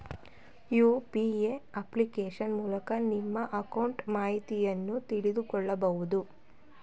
UPA application ಮೂಲಕ ನಿಮ್ಮ account ಮಾಹಿತಿಯನ್ನು ತಿಳಿದುಕೊಳ್ಳಬಹುದು